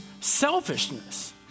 selfishness